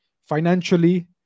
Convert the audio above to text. financially